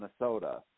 Minnesota